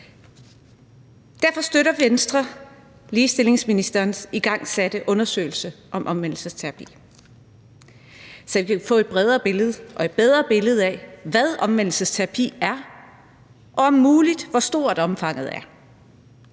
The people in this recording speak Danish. Derfor støtter Venstre ligestillingsministerens igangsatte undersøgelse om omvendelsesterapi, så vi kan få et bredere billede og et bedre billede af, hvad omvendelsesterapi er, og om muligt, hvor stort omfanget er.